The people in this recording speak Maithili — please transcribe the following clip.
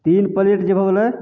तीन प्लेट जे भऽ गेलै